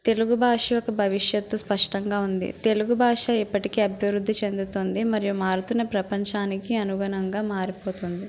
తెలుగు భాష యొక్క భవిష్యత్తు స్పష్టంగా ఉంది తెలుగు భాష ఇప్పటికే అభివృద్ధి చెందుతుంది మరియు మారుతున్న ప్రపంచానికి అనుగుణంగా మారిపోతుంది